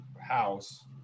house